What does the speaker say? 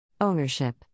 ownership